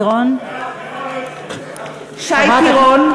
(קוראת בשמות חברי הכנסת) שי פירון,